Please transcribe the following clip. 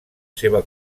seva